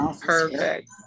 Perfect